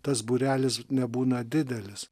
tas būrelis nebūna didelis